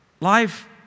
Life